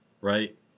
right